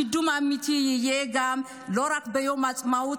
הקידום האמיתי יהיה כשלא רק ביום העצמאות